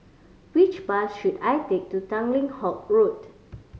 which bus should I take to Tanglin Halt Road